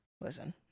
listen